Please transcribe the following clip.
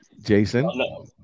Jason